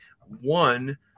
one